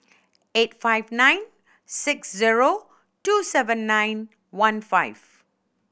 eight five nine six zero two seven nine one five